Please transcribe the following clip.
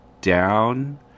down